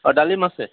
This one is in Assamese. অ ডালিম আছে